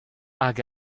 hag